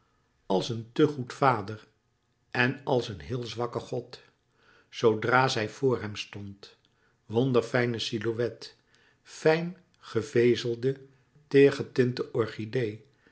als een te goed vader en als een heel zwakke god zoodra zij voor hem stond wonderlouis couperus metamorfoze fijne silhouet fijn gevezelde teêrgetinte orchidee